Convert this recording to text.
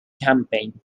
campaign